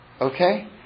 Okay